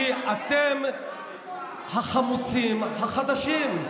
כי אתם החמוצים החדשים.